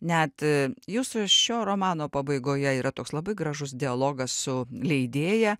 net jūsų šio romano pabaigoje yra toks labai gražus dialogas su leidėja